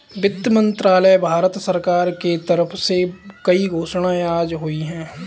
वित्त मंत्रालय, भारत सरकार के तरफ से कई घोषणाएँ आज हुई है